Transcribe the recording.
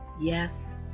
Yes